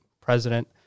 president